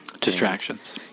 distractions